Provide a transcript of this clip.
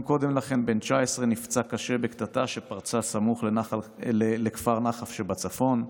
יום קודם לכן בן 19 נפצע קשה בקטטה שפרצה סמוך לכפר נחף שבצפון,